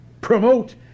promote